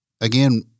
again